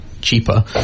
cheaper